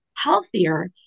healthier